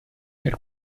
per